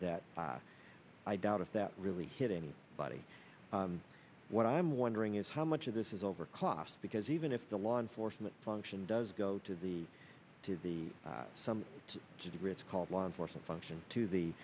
that i doubt if that really hit any body what i'm wondering is how much of this is over cost because even if the law enforcement function does go to the to the some degree it's called law enforcement function to the